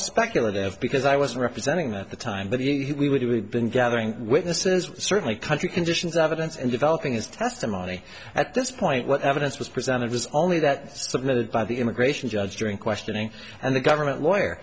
speculative because i was representing that the time that he would have been gathering witnesses certainly country conditions evidence and developing his testimony at this point what evidence was presented was only that submitted by the immigration judge during questioning and the government lawyer